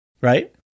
Right